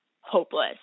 hopeless